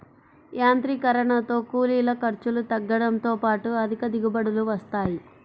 యాంత్రీకరణతో కూలీల ఖర్చులు తగ్గడంతో పాటు అధిక దిగుబడులు వస్తాయి